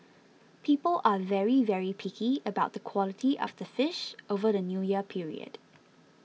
people are very very picky about the quality of the fish over the New Year period